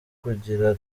kugira